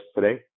today